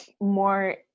more –